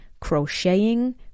crocheting